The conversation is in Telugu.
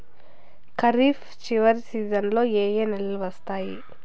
ఖరీఫ్ చివరి సీజన్లలో ఏ ఏ నెలలు వస్తాయి